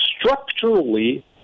structurally